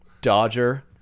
Dodger